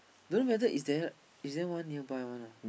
don't know whether is there is there one nearby one not